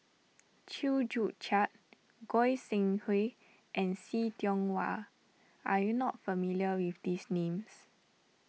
Chew Joo Chiat Goi Seng Hui and See Tiong Wah are you not familiar with these names